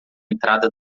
entrada